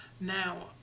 Now